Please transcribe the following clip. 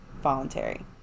voluntary